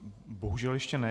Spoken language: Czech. Bohužel ještě ne.